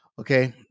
Okay